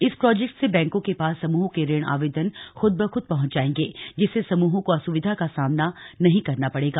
इस प्रोजेक्ट से बैंकों के पास समूहों के ऋण आवेदन खुद ब खुद पहुंच जाएंगे जिससे समूहों को असुविधा का सामना नहीं करना पड़ेगा